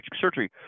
surgery